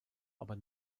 aber